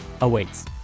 awaits